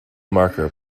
marker